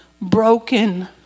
broken